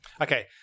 Okay